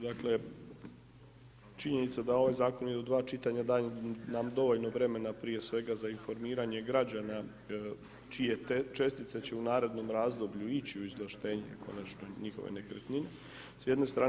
Dakle, činjenica da ovaj zakon ide u 2 čitanja daje nam dovoljno vremena, prije svega za informiranje građana, čije čestice će u narednom razdoblju ići u izvlaštenje konačno njihove nekretnine s jedne strane.